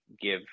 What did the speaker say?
give